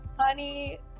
honey